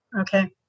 okay